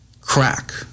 crack